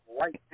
right